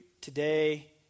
today